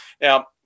Now